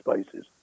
spaces